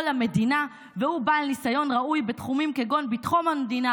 למדינה והוא בעל ניסיון ראוי בתחומים כגון ביטחון המדינה,